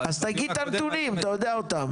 אז תגיד את הנתונים, אתה יודע אותם.